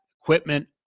Equipment